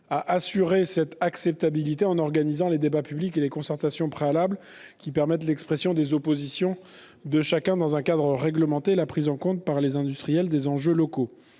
à assurer cette acceptabilité en organisant les débats publics et les concertations préalables, qui permettent l'expression des désaccords de chacun dans un cadre réglementé et la prise en compte par les industriels des enjeux locaux.